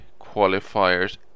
qualifiers